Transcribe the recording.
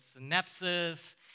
synapses